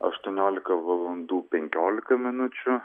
aštuoniolika valandų penkiolika minučių